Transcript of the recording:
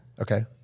okay